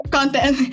Content